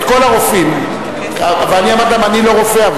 את כל הרופאים, אבל אני אמרתי להם שאני לא רופא.